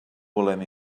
volem